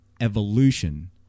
evolution